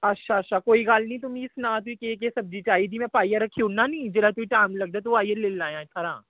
अच्छा अच्छा कोई गल्ल नेईं तू मी सना तुगी केह् केह् सब्जी चाहदी में पाइयै रक्खी ओड़ना नि जिसलै तुगी टाइम लगदा तूं आइयै लेई लेआं इत्थूं